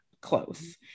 close